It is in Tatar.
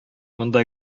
монда